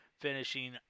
finishing